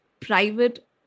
private